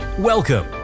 Welcome